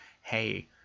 hey